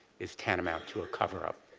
is tantamount to ah cover-up.